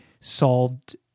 solved